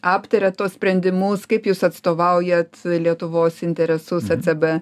aptariat tuos sprendimus kaip jūs atstovaujat lietuvos interesus ecb